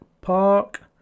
Park